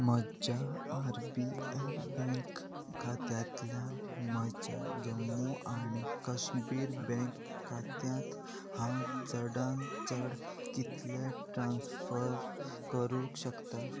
म्हज्या R B L bank खात्यांतल्यान म्हज्या जम्मू आनी कश्मीर बँक खात्यांत हांव चडांत चड कितले ट्रान्स्फर करूंक शकता